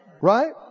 Right